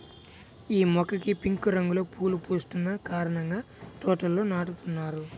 యీ మొక్కకి పింక్ రంగులో పువ్వులు పూస్తున్న కారణంగా తోటల్లో నాటుతున్నారు